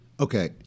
Okay